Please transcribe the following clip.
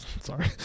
Sorry